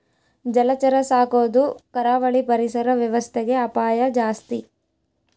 ಜಲಚರ ಸಾಕೊದು ಕರಾವಳಿ ಪರಿಸರ ವ್ಯವಸ್ಥೆಗೆ ಅಪಾಯ ಜಾಸ್ತಿ